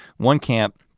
one camp